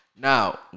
Now